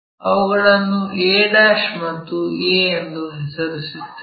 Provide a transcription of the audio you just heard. ಅವುಗಳನ್ನು a ಮತ್ತು a ಎಂದು ಹೆಸರಿಸುತ್ತೇವೆ